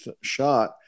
shot